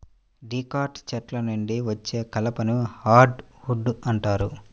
dicot చెట్ల నుండి వచ్చే కలపని హార్డ్ వుడ్ అంటారు